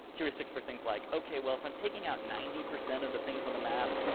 heuristics for things, like, okay, well, if i'm taking out ninety percent of the things on the map,